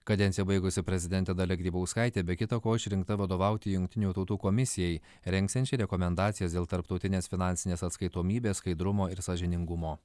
kadenciją baigusi prezidentė dalia grybauskaitė be kita ko išrinkta vadovauti jungtinių tautų komisijai rengsiančiai rekomendacijas dėl tarptautinės finansinės atskaitomybės skaidrumo ir sąžiningumo